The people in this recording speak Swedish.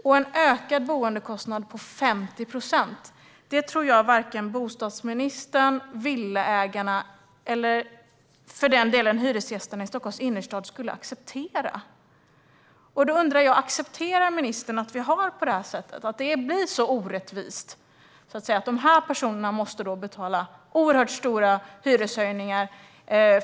En ökad boendekostnad med 50 procent tror jag varken bostadsministern, villaägare eller för den delen hyresgäster i Stockholms innerstad skulle acceptera. Då undrar jag: Accepterar ministern att det blir så orättvist att de här personerna måste betala oerhört stora hyreshöjningar?